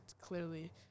clearly